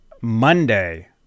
Monday